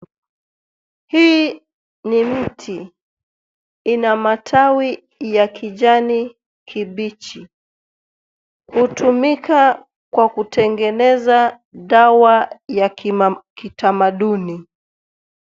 Hii ni mti. Inamatawi ya kijani kibichi. Hutumika kwa kutengeneza dawa ya kitamaduni.